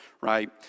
right